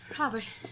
Robert